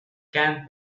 camp